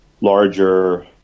larger